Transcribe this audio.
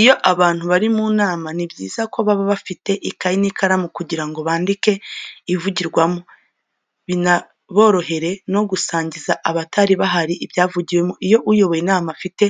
Iyo abantu bari mu nama ni byiza ko baba bafite ikayi n'ikaramu kugira ngo bandike ibivugirwamo binaborohere no gusangiza abatari bahari ibyavugiwemo, iyo uyoboye iyo nama afite